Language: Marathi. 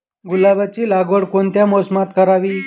गुलाबाची लागवड कोणत्या मोसमात करावी?